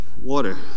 Water